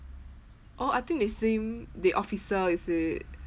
oh I think they same they officer is it